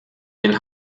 den